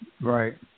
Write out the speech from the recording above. Right